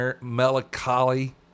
melancholy